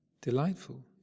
delightful